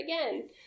again